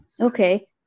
Okay